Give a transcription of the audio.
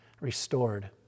restored